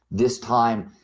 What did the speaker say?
this time,